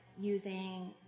using